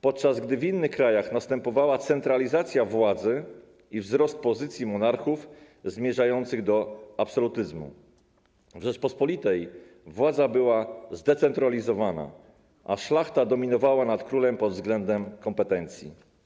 Podczas gdy w innych krajach następowała centralizacja władzy i wzrost pozycji monarchów zmierzających do absolutyzmu, w Rzeczypospolitej władza była zdecentralizowana, a szlachta dominowała nad królem pod względem kompetencji.